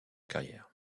carrière